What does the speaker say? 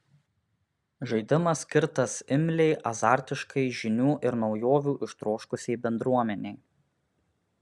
žaidimas skirtas imliai azartiškai žinių ir naujovių ištroškusiai bendruomenei